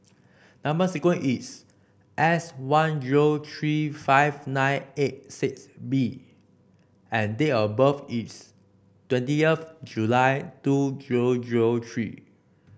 number sequence is S one zero three five nine eight six B and date of birth is twenty of July two zero zero three